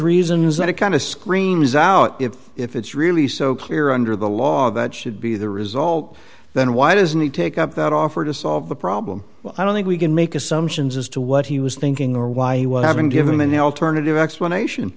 reason is that it kind of screams out if if it's really so clear under the law that should be the result then why doesn't he take up that offer to solve the problem i don't think we can make assumptions as to what he was thinking or why he would have been given an alternative explanation